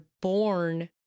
born